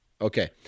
Okay